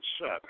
Set